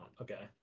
Okay